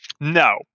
No